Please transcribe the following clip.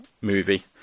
movie